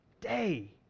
day